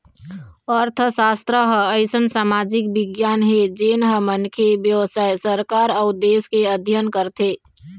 अर्थसास्त्र ह अइसन समाजिक बिग्यान हे जेन ह मनखे, बेवसाय, सरकार अउ देश के अध्ययन करथे